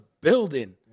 building